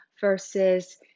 versus